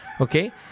Okay